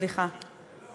סליחה.